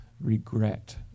regret